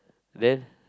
then